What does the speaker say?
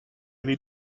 need